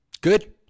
Good